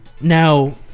Now